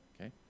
Okay